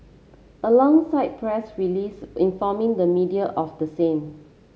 alongside press release informing the media of the same